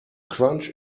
crunch